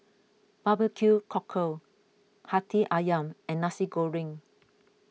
Barbecue Cockle Hati Ayam and Nasi Goreng